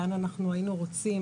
לאן אנחנו היינו רוצים,